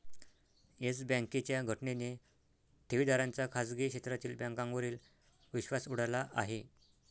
yes बँकेच्या घटनेने ठेवीदारांचा खाजगी क्षेत्रातील बँकांवरील विश्वास उडाला आहे